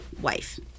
wife